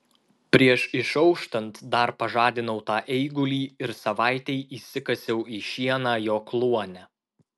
prieš išauštant dar pažadinau tą eigulį ir savaitei įsikasiau į šieną jo kluone